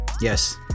yes